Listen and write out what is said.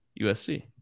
USC